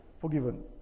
forgiven